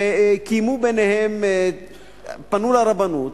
פנו לרבנות,